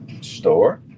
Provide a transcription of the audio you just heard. store